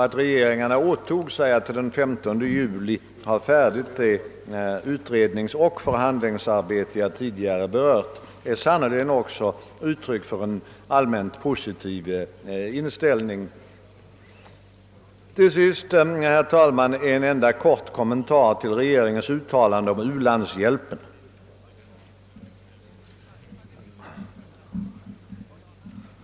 Att regeringarna åtog sig att till den 15 juli ha slutfört det utredningsoch förhandlingsarbete jag tidigare berört är sannerligen också uttryck för en allmänt positiv inställning. Till sist, herr talman, en enda kort kommentar till regeringens uttalande om u-landshjälpen.